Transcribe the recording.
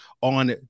on